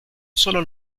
solo